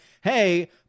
hey